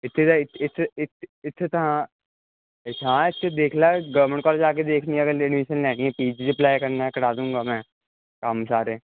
ਇੱਥੇ ਤਾਂ ਇੱਥੇ ਇੱਥੇ ਤਾਂ ਹਾਂ ਇੱਥੇ ਦੇਖ ਲਾ ਗਵਰਮੈਂਟ ਕਾਲਜ ਜਾ ਕੇ ਦੇਖਣੀ ਆ ਕਹਿੰਦੇ ਅਡਮੀਸ਼ਨ ਲੈਣੀ ਚੀਜ ਅਪਲਾਈ ਕਰਨਾ ਕਰਾ ਦੂੰਗਾ ਮੈਂ ਕੰਮ ਸਾਰੇ